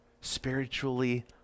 spiritually